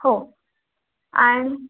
हो आणि